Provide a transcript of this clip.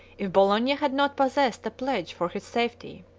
if bologna had not possessed a pledge for his safety.